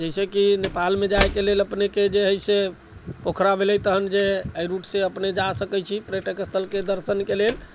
जैसेकि नेपालमे जायके लेल अपनेके जे है से पोखरि भेलै तहन जे एहि रूट से अपने जाय सकैत छी पर्यटक स्थलके दर्शनके लेल